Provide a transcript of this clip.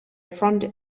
front